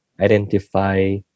identify